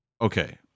Okay